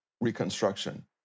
Reconstruction